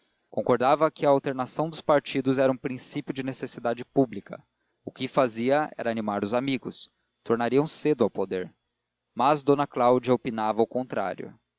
concordava que a alternação dos partidos era um princípio de necessidade pública o que fazia era animar os amigos tornariam cedo ao poder mas d cláudia opinava o contrário